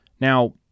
Now